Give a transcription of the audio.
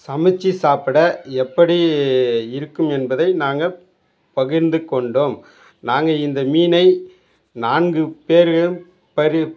சமைச்சி சாப்பிட எப்படி இருக்கும் என்பதை நாங்கள் பகிர்ந்துக் கொண்டோம் நாங்கள் இந்த மீனை நான்கு பேர்களும் பரிப்